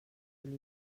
and